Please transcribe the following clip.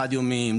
חד-יומיים,